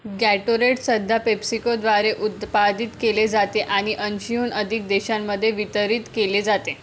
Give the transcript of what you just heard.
Gatorade सध्या पेप्सिकोद्वारे उत्पादित केले जाते आणि ऐंशीहून अधिक देशांमध्ये वितरित केले जाते